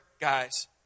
guys